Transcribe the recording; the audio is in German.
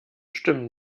stimmen